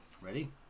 Ready